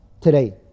today